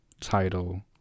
title